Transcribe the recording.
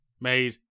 made